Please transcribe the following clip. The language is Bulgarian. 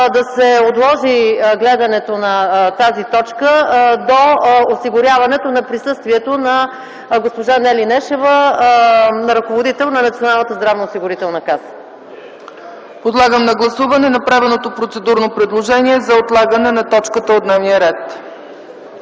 да се отложи гледането на тази точка до осигуряване присъствието на госпожа Нели Нешева – ръководител на Националната здравноосигурителна каса. ПРЕДСЕДАТЕЛ ЦЕЦКА ЦАЧЕВА: Подлагам на гласуване направеното процедурно предложение за отлагане на точката от дневния ред.